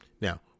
now